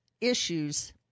issues